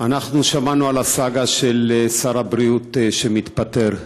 אנחנו שמענו על הסאגה של שר הבריאות שמתפטר.